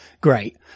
great